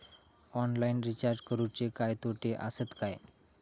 Online recharge करुचे काय तोटे आसत काय?